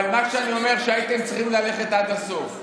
אבל מה שאני אומר, שהייתם צריכים ללכת עד הסוף.